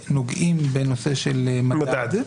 מוגדרים כנוגעים לנושא המדד.